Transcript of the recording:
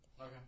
Okay